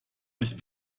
nicht